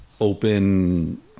open